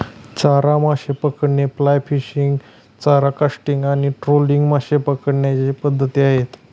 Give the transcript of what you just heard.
चारा मासे पकडणे, फ्लाय फिशिंग, चारा कास्टिंग आणि ट्रोलिंग मासे पकडण्याच्या पद्धती आहेत